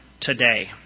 today